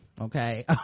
Okay